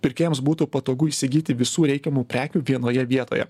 pirkėjams būtų patogu įsigyti visų reikiamų prekių vienoje vietoje